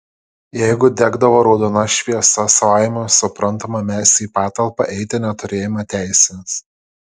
jeigu degdavo raudona šviesa savaime suprantama mes į patalpą eiti neturėjome teisės